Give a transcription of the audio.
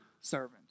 servant